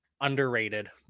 underrated